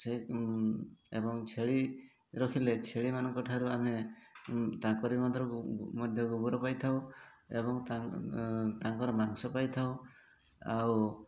ସେ ଏବଂ ଛେଳି ରଖିଲେ ଛେଳିମାନଙ୍କ ଠାରୁ ଆମେ ତାଙ୍କରି ମଧ୍ୟ ଗୋବର ପାଇଥାଉ ଏବଂ ତାଙ୍କ ତାଙ୍କର ମାଂସ ପାଇଥାଉ ଆଉ